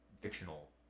fictional